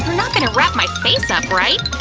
not gonna wrap my face up, right?